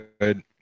good